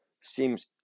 seems